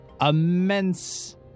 immense